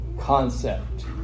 concept